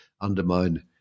undermine